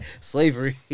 Slavery